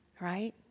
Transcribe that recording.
right